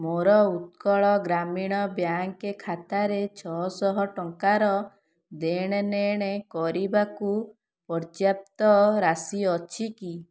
ମୋର ଉତ୍କଳ ଗ୍ରାମୀଣ ବ୍ୟାଙ୍କ୍ ଖାତାରେ ଛଅଶହ ଟଙ୍କାର ଦେଣନେଣ କରିବାକୁ ପର୍ଯ୍ୟାପ୍ତ ରାଶି ଅଛି କି